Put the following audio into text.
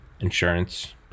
insurance